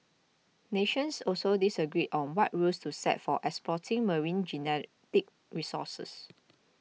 nations also disagree on what rules to set for exploiting marine genetic resources